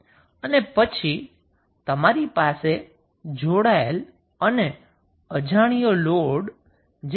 અને પછી તમારી પાસે જોડાયેલ અને અજાણ્યો લોડ છે જે 𝑅𝐿 છે